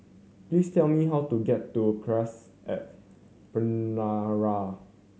please tell me how to get to Cassia at Penjuru